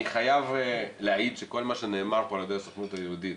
אני חייב להעיד שכל מה שנאמר פה על ידי הסוכנות היהודית